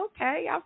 okay